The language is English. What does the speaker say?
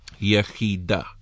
Yehida